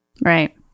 Right